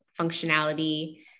functionality